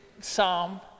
psalm